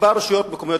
כמה רשויות מקומיות,